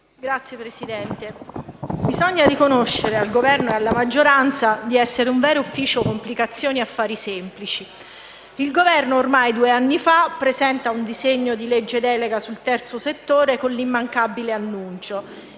Signor Presidente, bisogna riconoscere al Governo e alla maggioranza di essere un vero ufficio complicazioni affari semplici. Il Governo, ormai due anni fa, presenta un disegno di legge delega sul terzo settore con l'immancabile annuncio: